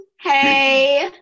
Hey